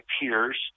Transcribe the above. peers